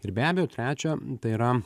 ir be abejo trečia tai yra